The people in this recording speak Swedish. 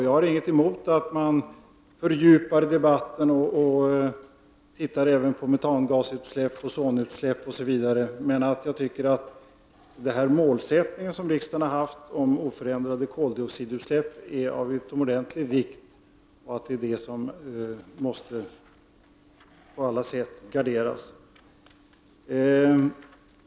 Jag har inte något emot att man fördjupar debatten och även ser på metangasutsläpp, ozonutsläpp osv. Målsättningen om oförändrade koldioxidutsläpp som riksdagen har fastställt är av utomordentlig vikt. Den måste på alla sätt garderas.